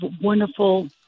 wonderful